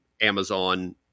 Amazon